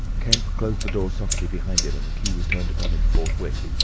kemp closed the door softly behind him, and the key was turned upon him forthwith.